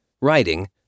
writing